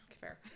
Fair